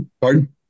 Pardon